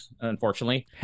unfortunately